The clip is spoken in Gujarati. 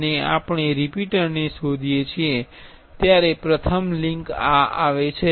અને આપણે રિપીટીયરને શોધીએ છીએ ત્યારે પ્રથમ લિંક આ આવે છે